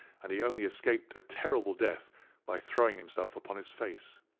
and he only escaped a terrible death by throwing himself upon his face.